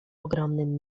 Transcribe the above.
ogromnym